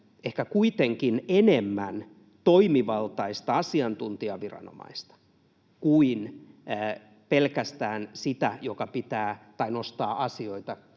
ehkä kuitenkin enemmän toimivaltaista asiantuntijaviranomaista kuin pelkästään sitä, joka nostaa asioita